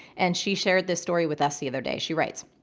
and she shared this story with us the other day. she writes,